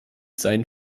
seinen